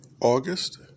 August